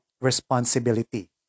responsibility